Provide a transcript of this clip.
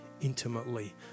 intimately